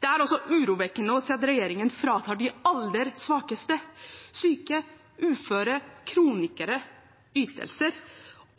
Det er også urovekkende å se at regjeringen fratar de aller svakeste – syke, uføre, kronikere – ytelser.